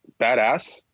badass